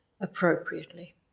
appropriately